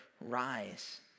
rise